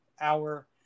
hour